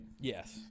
Yes